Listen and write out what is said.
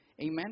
Amen